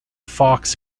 fox